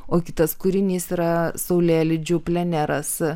o kitas kūrinys yra saulėlydžių pleneras